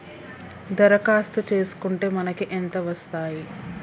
దరఖాస్తు చేస్కుంటే మనకి ఎంత వస్తాయి?